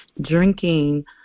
drinking